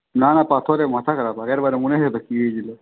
না না পাথরে মাথা খারাপ আগের বারে মনে আছে তো কি হয়েছিল